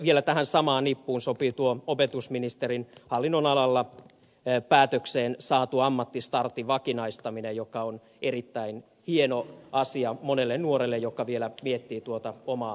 vielä tähän samaan nippuun sopii tuo opetusministeriön hallinnonalalla päätökseen saatu ammattistartin vakinaistaminen joka on erittäin hieno asia monelle nuorelle joka vielä miettii tuota omaa työuraansa